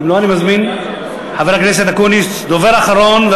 דובר אחרון,